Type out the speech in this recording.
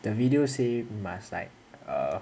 the video say must like uh